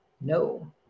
no